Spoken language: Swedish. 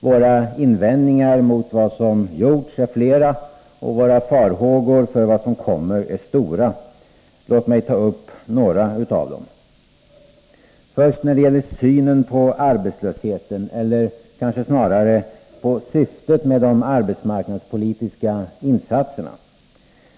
Våra invändningar mot vad som gjorts är flera, och våra farhågor för vad som kommer är stora. Låt mig ta upp några av dem. Först gäller det synen på arbetslösheten, eller kanske snarare på syftet med de arbetsmarknadspolitiska insatserna.